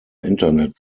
internet